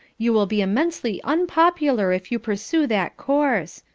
you will be immensely unpopular if you pursue that course.